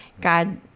God